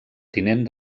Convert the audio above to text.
tinent